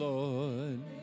Lord